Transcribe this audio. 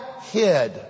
hid